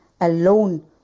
alone